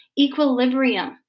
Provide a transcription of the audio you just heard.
equilibrium